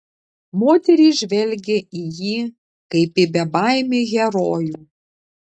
moterys žvelgė į jį kaip į bebaimį herojų